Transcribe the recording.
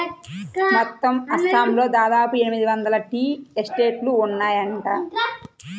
మొత్తం అస్సాంలో దాదాపు ఎనిమిది వందల టీ ఎస్టేట్లు ఉన్నాయట